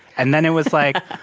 and then it was, like.